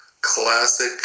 classic